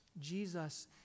Jesus